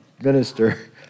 minister